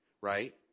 Right